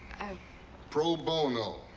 i pro bono,